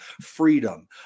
freedom